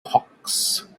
hawks